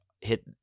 hit